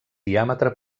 diàmetre